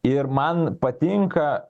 ir man patinka